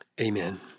Amen